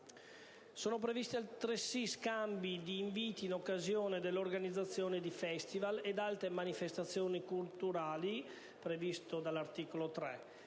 Sono previsti altresì scambi di inviti in occasione dell'organizzazione di festival ed altre manifestazioni culturali (articolo 3);